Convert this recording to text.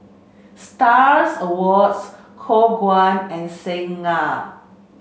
Stars Awards Khong Guan and Singha